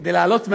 כדי לעלות מהאוב,